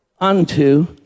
unto